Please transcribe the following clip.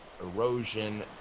erosion